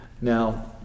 Now